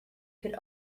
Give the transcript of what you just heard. could